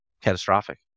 catastrophic